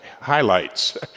highlights